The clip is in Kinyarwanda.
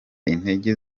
integer